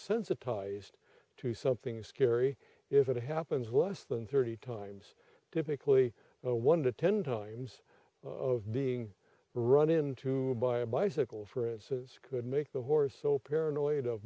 sensitized to something scary if it happens less than thirty times difficultly a one to ten times of being run into by a bicycle for its as could make the horse so paranoid of